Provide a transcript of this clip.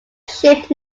ship